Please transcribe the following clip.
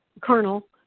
colonel